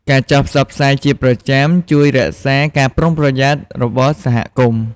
ការចុះផ្សព្វផ្សាយជាប្រចាំជួយរក្សាការប្រុងប្រយ័ត្ន របស់សហគមន៍។